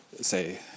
say